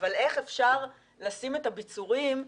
אבל איך אפשר לשים את הביצורים.